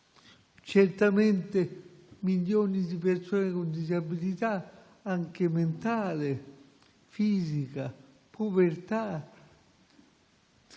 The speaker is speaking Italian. certamente ai milioni di persone con disabilità, anche mentale, fisica, povertà,